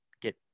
get